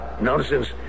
Nonsense